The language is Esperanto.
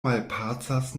malpacas